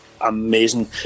amazing